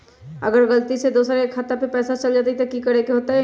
अगर गलती से दोसर के खाता में पैसा चल जताय त की करे के होतय?